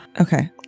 Okay